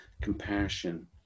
compassion